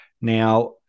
Now